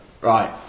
Right